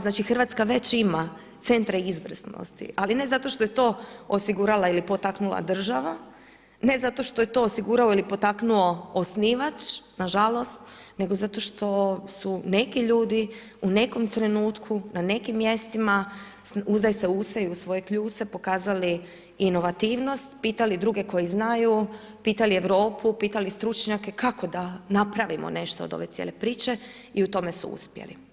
Znači Hrvatska već ima centre izvrsnosti ali ne zato što je to osigurala ili potaknula država, ne zato što je to osigurao ili potaknuo osnivač nažalost nego zato što su neki ljudi u nekom trenutku na nekim mjestima uzdaj se u se i u svoje kljuse pokazali inovativnost, pitali druge koji znaju, pitali Europu, pitali stručnjake kako da napravimo nešto od ove cijele priče i u tome su uspjeli.